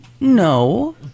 No